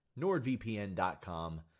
NordVPN.com